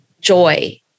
joy